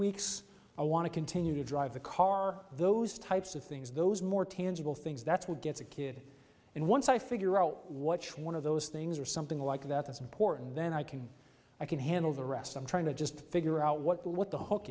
weeks i want to continue to drive the car those types of things those more tangible things that's what gets a kid and once i figure out what's one of those things or something like that that's important then i can i can handle the rest i'm trying to just figure out what the what the h